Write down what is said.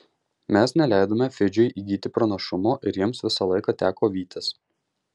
mes neleidome fidžiui įgyti pranašumo ir jiems visą laiką teko vytis